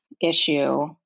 issue